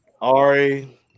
Ari